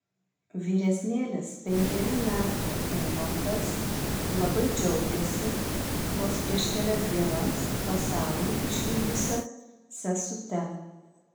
vyresnėlis penkerių metų eimantas labai džiaugiasi vos prieš kelias dienas pasaulį išvydusia sesute